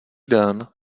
den